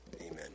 amen